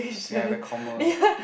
ya the comma